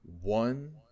one